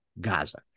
Gaza